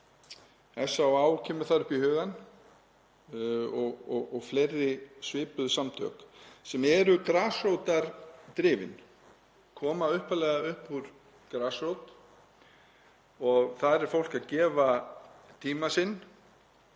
SÁÁ kemur það upp í hugann og fleiri svipuð samtök sem eru grasrótardrifin, koma upphaflega upp úr grasrót og þar er fólk að gefa tíma sinn